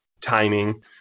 timing